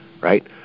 right